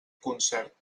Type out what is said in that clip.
concert